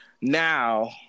Now